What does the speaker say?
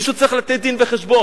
מישהו צריך לתת דין-וחשבון.